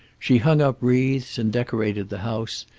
she hung up wreaths and decorated the house,